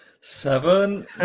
seven